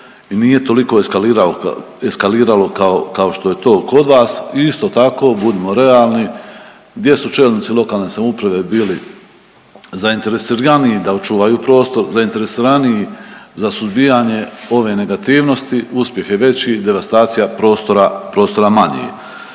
i toliko eskaliralo kao što je to kod vas. I isto tako budimo realni gdje su čelnici lokalne samouprave bili zainteresiraniji da očuvaju prostor, zainteresiraniji za suzbijanje ove negativnosti, uspjeh je veći i devastacija prostora,